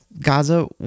Gaza